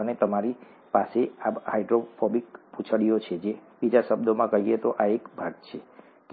અને તમારી પાસે આ હાઇડ્રોફોબિક પૂંછડીઓ છે બીજા શબ્દોમાં કહીએ તો આ એક ભાગ છે